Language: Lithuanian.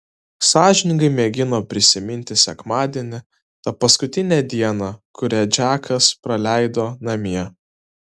sąžiningai mėgino prisiminti sekmadienį tą paskutinę dieną kurią džekas praleido namie